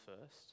first